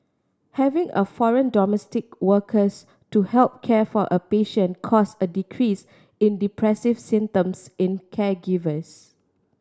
having a foreign domestic workers to help care for a patient caused a decrease in depressive symptoms in caregivers